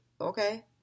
okay